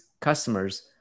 customers